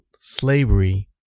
Slavery